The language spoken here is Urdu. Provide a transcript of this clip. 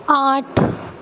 آٹھ